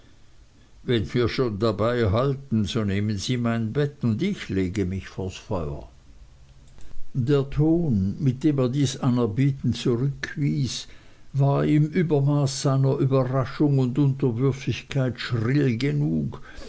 wenn wir schon dabei halten so nehmen sie mein bett und ich lege mich hier vors feuer der ton mit dem er dies anerbieten zurückwies war im übermaß seiner überraschung und unterwürfigkeit schrill genug